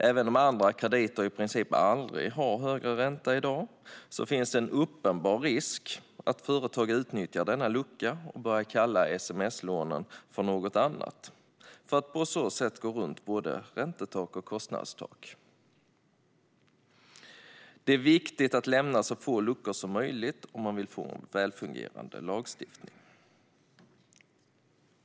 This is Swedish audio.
Även om andra krediter i princip aldrig har högre ränta i dag finns en uppenbar risk för att företag utnyttjar denna lucka och börjar kalla sms-lånen för något annat för att på så sätt gå runt både räntetak och kostnadstak. Det är viktigt att lämna så få luckor som möjligt om man vill ha en välfungerande lagstiftning.